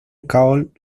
called